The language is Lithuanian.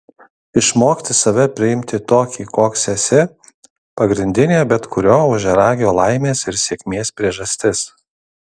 išmokti save priimti tokį koks esi pagrindinė bet kurio ožiaragio laimės ir sėkmės priežastis